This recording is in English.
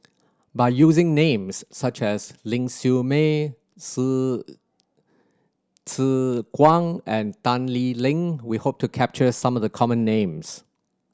by using names such as Ling Siew May Tse Tse Kwang and Tan Lee Leng we hope to capture some of the common names